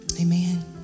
amen